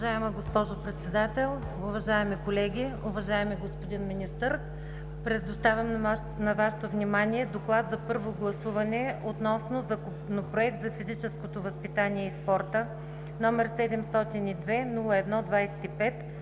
Уважаема госпожо Председател, уважаеми колеги, уважаеми господин Министър! Предоставям на Вашето внимание: „ДОКЛАД за първо гласуване относно Законопроект за физическото възпитание и спорта, № 702-01-25,